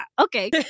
Okay